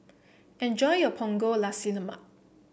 enjoy your Punggol Nasi Lemak